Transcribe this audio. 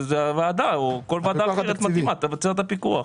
הוועדה או כל ועדה אחרת מתאימה תבצע את הפיקוח.